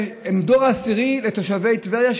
מגיעים כאלה שהם דור עשירי לתושבי טבריה,